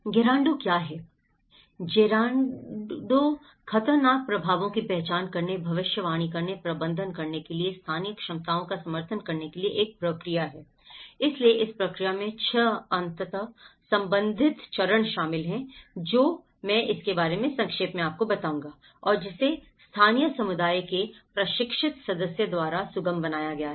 गेरांडो क्या है जेरान्डो खतरनाक प्रभावों की पहचान करने भविष्यवाणी करने प्रबंधन करने के लिए स्थानीय क्षमताओं का समर्थन करने के लिए एक प्रक्रिया है इसलिए इस प्रक्रिया में 6 अंतः संबंधित चरण शामिल हैं जो मैं इसके बारे में संक्षेप में बताऊंगा और जिसे स्थानीय समुदाय के प्रशिक्षित सदस्य द्वारा सुगम बनाया गया है